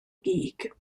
gig